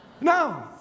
No